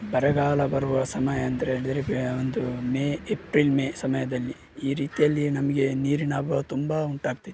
ಬರಗಾಲ ಬರುವ ಸಮಯ ಅಂದರೆ ನೀರಿಗೆ ಒಂದು ಮೇ ಏಪ್ರಿಲ್ ಮೇ ಸಮಯದಲ್ಲಿ ಈ ರೀತಿಯಲ್ಲಿ ನಮಗೆ ನೀರಿನ ಅಭಾವ ತುಂಬ ಉಂಟಾಗ್ತಿತ್ತು